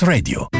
Radio